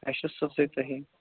اَسہِ چھِو سٕژے تُہی